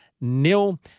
nil